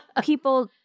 People